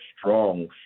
strong